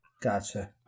Gotcha